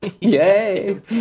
Yay